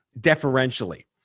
deferentially